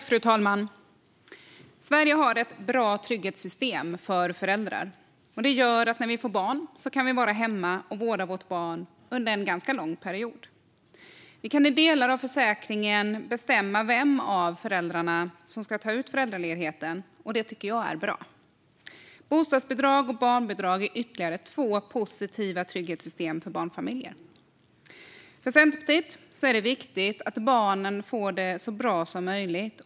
Fru talman! Sverige har ett bra trygghetssystem för föräldrar. Det gör att när vi får barn så kan vi vara hemma och vårda vårt barn under en ganska lång period. Vi kan i delar av försäkringen bestämma vem av föräldrarna som ska ta ut föräldraledigheten. Det tycker jag är bra. Bostadsbidrag och barnbidrag är ytterligare två positiva trygghetssystem för barnfamiljer. För Centerpartiet är det viktigt att barnen får det så bra som möjligt.